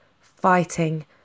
fighting